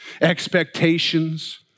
expectations